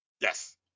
Yes